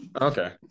okay